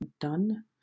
done